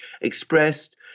expressed